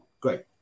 great